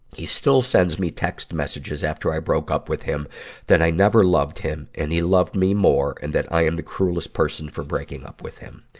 he still sends me text messages after i broke up with him that i never loved him and he loved me more, and that i am the cruelest person for breaking up with him.